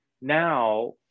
now